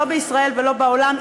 לא בישראל ולא בעולם,